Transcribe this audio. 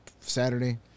Saturday